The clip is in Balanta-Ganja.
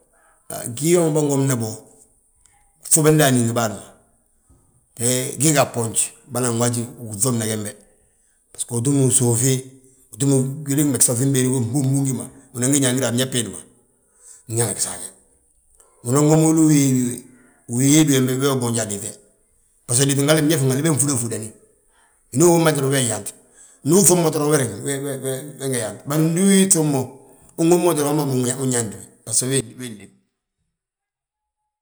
Gii womi bânwomna bo, ŧubi ndaani ngi bâan ma, gee ga bboonj bânan waaji ginŧubna gembe. Bisgo, utúm wi suufi, utúmi gwilin megesaŧi béede go gbúŋ, gbúŋ gi ma. Unan gi ñangir a mñef biindi ma. Nñaana gisaage, unan womi wili uhii, uyeebi wembe we boonja a liite. Baso liiti hal mñefin hal be nfúda fúdani, winooni uwomni haj wee yyaant. Ndu uŧubnate we riŋu weewe, we nge yaant bari ndi wii ŧŧub mo unwomi doron mma unyaanti wi, baso ii lléb.